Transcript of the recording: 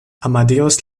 amadeus